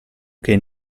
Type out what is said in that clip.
che